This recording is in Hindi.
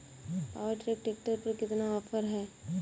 पावर ट्रैक ट्रैक्टर पर कितना ऑफर है?